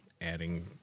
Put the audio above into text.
adding